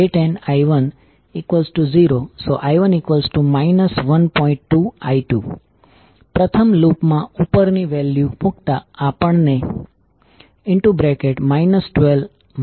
તેથી ઓરિએન્ટેશન જો તમે કોઇલને જુઓ તો કોઇલ આ રીતે બંધાયેલ છે જો તમે હાથની હથેળી ને એવી રીતે મૂકો કે તે કોઇલની બાજુને સંપૂર્ણ વળાંક આપે છે